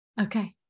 Okay